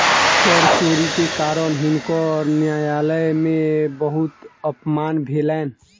कर चोरी के कारण हुनकर न्यायालय में बहुत अपमान भेलैन